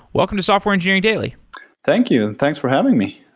welcome to software engineering daily thank you. and thanks for having me.